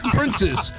Princes